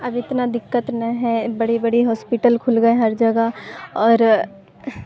اب اتنا دقت نہ ہے بڑی بڑی ہاسپیٹل کھل گئے ہر جگہ اور